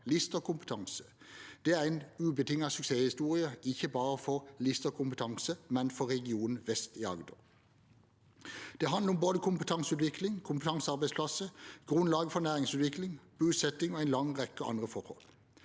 Lister Kompetanse. Det er en ubetinget suksesshistorie, ikke bare for Lister Kompetanse, men for regionen vest i Agder. Det handler om både kompetanseutvikling, kompetansearbeidsplasser, grunnlag for næringsutvikling, bosetting og en lang rekke andre forhold.